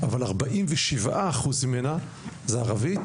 אבל כ-47% הם המערכת הערבית,